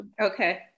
Okay